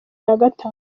nagatatu